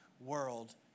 world